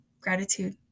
gratitude